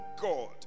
God